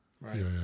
right